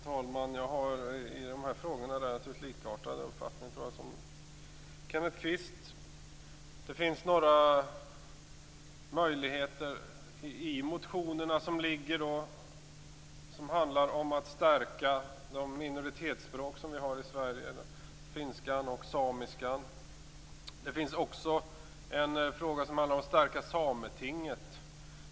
Herr talman! I de här frågorna har jag en uppfattning som är relativt likartad Kenneth Kvists. De motioner som behandlas handlar om att stärka de minoritetsspråk som vi har i Sverige, finskan och samiskan. De handlar också om möjligheten att stärka Sametinget.